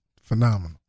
phenomenal